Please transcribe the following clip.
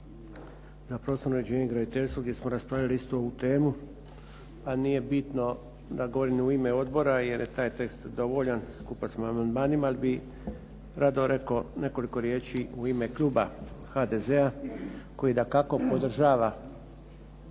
za prostorno uređenje i graditeljstvo gdje smo raspravljali isto ovu temu, a nije bitno da govorim u ime odbora jer je taj tekst dovoljan skupa s amandmanima jer bi rado rekao nekoliko riječi u ime kluba HDZ-a koji dakako podržava